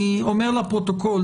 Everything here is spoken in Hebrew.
אני אומר לפרוטוקול,